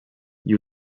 gli